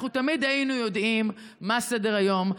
אנחנו תמיד היינו יודעים מה סדר-היום,